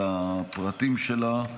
הפרטים שלה.